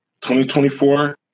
2024